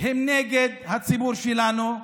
הן נגד הציבור שלנו,